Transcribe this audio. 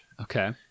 Okay